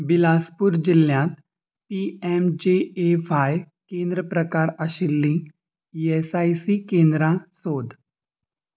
बिलासपूर जिल्ल्यांत P M J A Y केंद्र प्रकार आशिल्लीं ई ऍस आय सी केंद्रां सोद